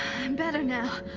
i'm better now.